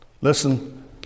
Listen